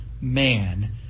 man